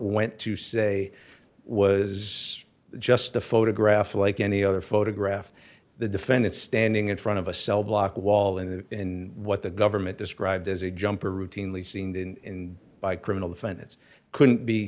went to say was just a photograph like any other photograph the defendant standing in front of a cell block wall and in what the government described as a jumper routinely seen the in by criminal defendants couldn't be